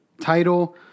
title